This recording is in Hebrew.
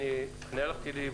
אני הלכתי לאיבוד.